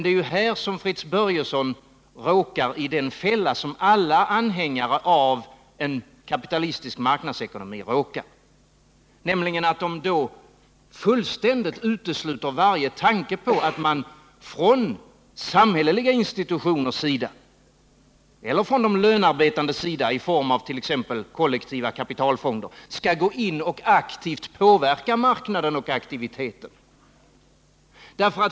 Det är här Fritz Börjesson råkar i den fälla som alla anhängare av en kapitalistisk marknadsekonomi hamnar i, nämligen att de fullständigt utesluter varje tanke på att man från samhälleliga institutioners sida, eller från de lönarbetandes sida i form av t.ex. kollektiva kapitalfonder, skall gå in och påverka marknaden och aktiviteterna.